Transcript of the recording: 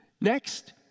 Next